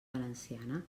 valenciana